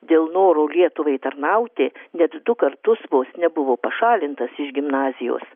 dėl noro lietuvai tarnauti net du kartus vos nebuvo pašalintas iš gimnazijos